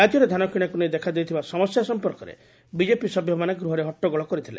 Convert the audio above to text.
ରାଜ୍ୟରେ ଧାନକିଶାକୁ ନେଇ ଦେଖାଦେଇଥିବା ସମସ୍ୟା ସମ୍ପର୍କରେ ବିଜେପି ସଭ୍ୟମାନେ ଗୂହରେ ହଟଟଟାଳ କରିଥିଲେ